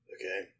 Okay